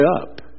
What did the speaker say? up